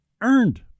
earned